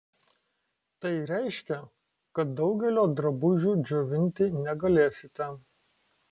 tai reiškia kad daugelio drabužių džiovinti negalėsite